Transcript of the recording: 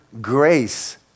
grace